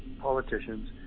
politicians